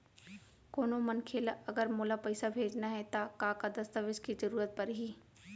कोनो मनखे ला अगर मोला पइसा भेजना हे ता का का दस्तावेज के जरूरत परही??